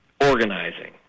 organizing